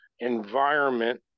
Environment